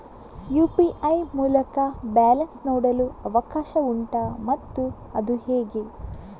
UPI ಮೂಲಕ balance ನೋಡಲು ಅವಕಾಶ ಉಂಟಾ ಮತ್ತು ಅದು ಹೇಗೆ?